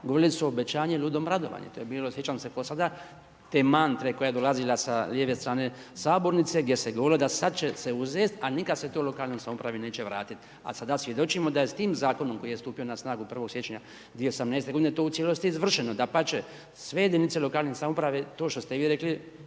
Govorili su obećanje, udom radovanje. To je bilo sjećam se kao sad, demant koja je dolazila sa lijeve strane sabornice gdje se govorilo da sad će se uzet a nikad se to lokalnoj samoupravi neće vratiti a sada svjedočimo da je s tim zakonom koji je stupio na snagu 1. siječnja 2018. g. to u cijelosti izvršeno, dapače, sve jedinice lokalne samouprave, to što ste i vi rekli